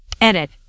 edit